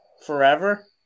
Forever